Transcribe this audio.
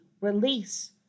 release